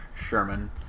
Sherman